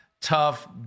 tough